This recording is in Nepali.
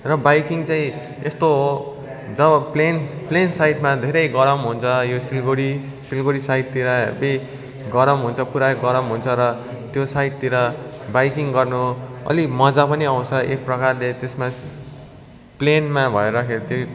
र बाइकिङ चाहिँ यस्तो हो जब प्लेन प्लेन साइडमा धेरै गरम हुन्छ यो सिलगढी सिलगढी साइडतिर हेभी गरम हुन्छ पुरा गरम हुन्छ र त्यो साइडतिर बाइकिङ गर्नु अलिक मजा पनि आउँछ एक प्रकारले त्यसमा प्लेनमा भएर